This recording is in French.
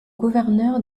gouverneur